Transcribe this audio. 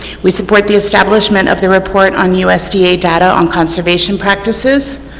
we support the establishment of the report on usda data on conservation practices.